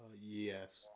Yes